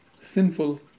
sinful